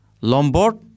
Lombard